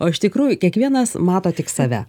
o iš tikrųjų kiekvienas mato tik save